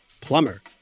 plumber